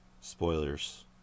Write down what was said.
Spoilers